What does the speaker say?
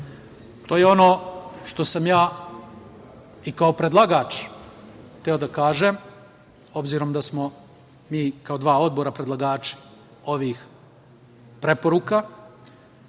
je ono što sam ja i kao predlagač hteo da kažem obzirom da smo mi kao dva odbora predlagača ovih preporuka,